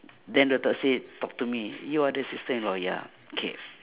then doctor say talk to me you are the sister-in-law ya k